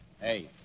Hey